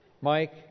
Mike